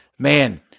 Man